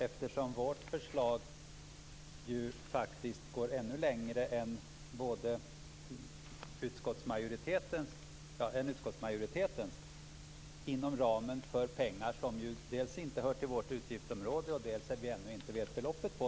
Moderaternas förslag går faktiskt ännu längre än utskottsmajoritetens. Allt detta är ju inom ramen för pengar som inte hör till vårt utgiftsområde. Vi vet inte heller hur stort beloppet är.